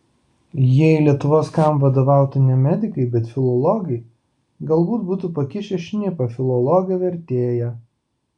jei lietuvos kam vadovautų ne medikai bet filologai galbūt būtų pakišę šnipą filologą vertėją